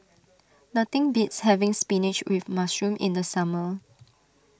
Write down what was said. nothing beats having Spinach with Mushroom in the summer